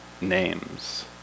names